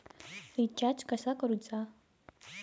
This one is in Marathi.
रिचार्ज कसा करूचा?